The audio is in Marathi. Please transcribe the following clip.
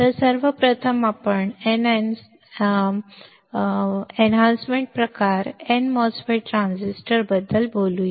तर आपण प्रथम वर्धन प्रकार n mos transistor बद्दल बोलूया